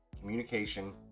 communication